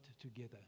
together